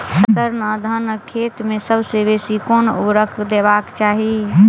sir, धानक खेत मे सबसँ बेसी केँ ऊर्वरक देबाक चाहि